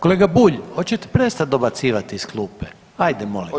Kolega Bulj hoćete prestati dobacivati iz klube, ajde molim vas.